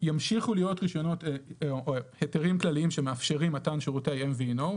ימשיכו להיות היתרים כלליים שמאפשרים מתן שירותי NVNO,